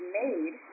made